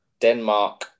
Denmark